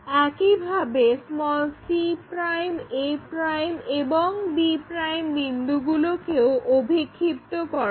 একইভাবে c a এবং b বিন্দুগুলোকেও অভিক্ষিপ্ত করো